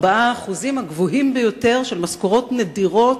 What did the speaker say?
4%, הגבוהים ביותר, של משכורות נדירות,